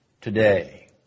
today